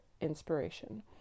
inspiration